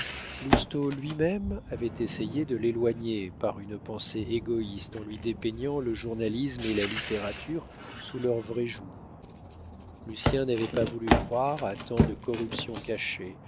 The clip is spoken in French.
lui-même avait essayé de l'éloigner par une pensée égoïste en lui dépeignant le journalisme et la littérature sous leur vrai jour lucien n'avait pas voulu croire à tant de corruptions cachées